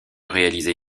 réaliser